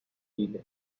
viele